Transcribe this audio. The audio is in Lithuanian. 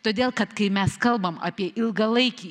todėl kad kai mes kalbam apie ilgalaikį